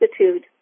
Institute